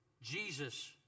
Jesus